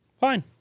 Fine